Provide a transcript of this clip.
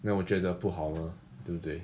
then 我觉得不好 mah 对不对